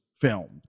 filmed